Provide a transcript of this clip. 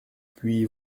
puis